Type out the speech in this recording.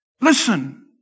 Listen